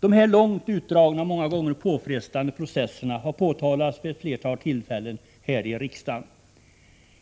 De här långt utdragna och många gånger påfrestande processerna har påtalats vid ett flertal tillfällen här i riksdagen.